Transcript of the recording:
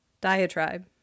diatribe